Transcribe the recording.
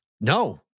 No